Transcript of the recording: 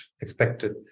expected